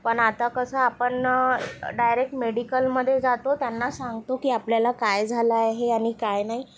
पण आता कसं आपण डायरेक्ट मेडिकलमध्ये जातो त्यांना सांगतो की आपल्याला काय झालं आहे आणि काय नाही